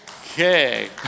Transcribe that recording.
Okay